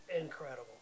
Incredible